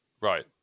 Right